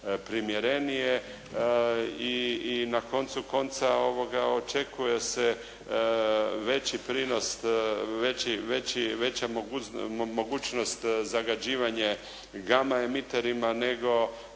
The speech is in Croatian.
primjerenije i na koncu konca očekuje se veći prinos, veća mogućnost zagađivanja gama emiterima, nego